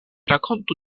rakontu